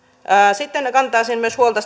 sitten kantaisin huolta